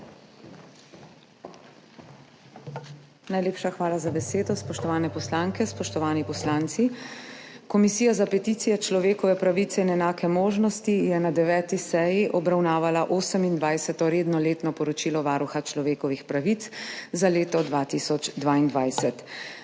Najlepša hvala za besedo. Spoštovane poslanke, spoštovani poslanci! Komisija za peticije, človekove pravice in enake možnosti je na 9. seji obravnavala 28. redno letno poročilo Varuha človekovih pravic za leto 2022.